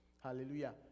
Hallelujah